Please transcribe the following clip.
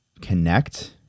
connect